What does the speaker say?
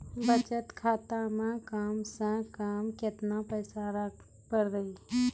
बचत खाता मे कम से कम केतना पैसा रखे पड़ी?